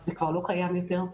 זה כבר לא קיים יותר.